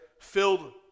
filled